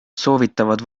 soovitavad